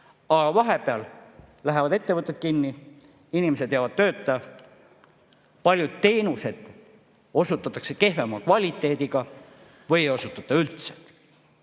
Aga vahepeal lähevad ettevõtted kinni, inimesed jäävad tööta, paljusid teenuseid osutatakse kehvema kvaliteediga või ei osutata üldse.